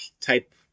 type